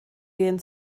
gehen